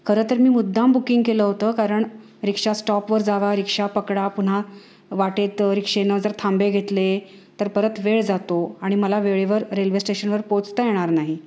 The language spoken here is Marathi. खरंतर मी मुद्दाम बुकिंग केलं होतं कारण रिक्षा स्टॉपवर जावा रिक्षा पकडा पुन्हा वाटेत रिक्षेनं जर थांबे घेतले तर परत वेळ जातो आणि मला वेळेवर रेल्वे स्टेशनवर पोहचता येणार नाही